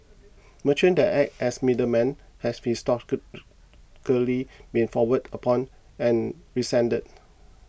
merchants that act as middlemen have historically been frowned upon and resented